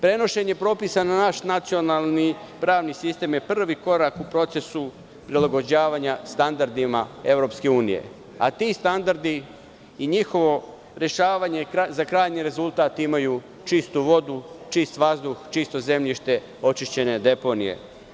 Prenošenje propisa na naš nacionalni pravni sistem je prvi korak u procesu prilagođavanja standardima EU, a ti standardi i njihovo rešavanje za krajnji rezultat imaju čistu vodu, čist vazduh, čisto zemljište, očišćene deponije.